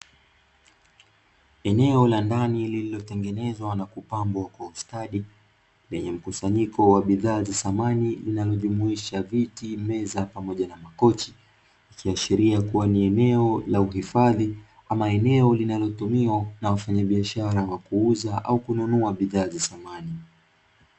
Eneo la ndani lilotengenezwa na kupambwa kwa ustadi lenye mkusanyiko wa bidhaa za samani linalojumuisha viti, meza pamoja na makochi. Ikiashiria kuwa ni eneo la uhifadhi ama eneo linalotumiwa na wafanyabiashara wakuuza au kununua bidhaa za samani.